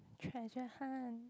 treasure hunt